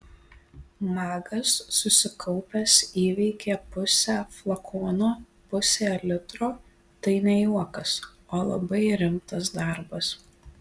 magas susikaupęs įveikė pusę flakono pusė litro tai ne juokas o labai rimtas darbas